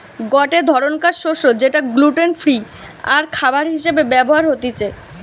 গটে ধরণকার শস্য যেটা গ্লুটেন ফ্রি আরখাবার হিসেবে ব্যবহার হতিছে